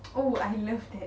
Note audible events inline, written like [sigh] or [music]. [noise] oh I love that